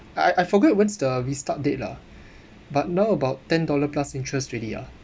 I I forgot what's the restart date lah but now about ten dollar plus interest already ah